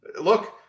look